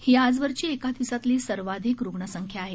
ही आजवरची एका दिवसातली सर्वाधिक रुग्णसंख्या आहे